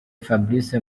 fabrice